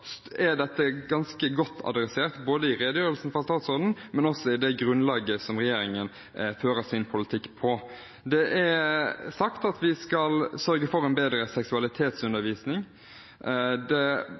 er ganske godt tatt tak i i redegjørelsen fra statsråden, men også i det grunnlaget som regjeringen fører sin politikk på. Det er sagt at vi skal sørge for en bedre